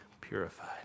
purified